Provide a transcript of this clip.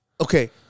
Okay